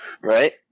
Right